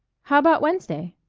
how about wednesday?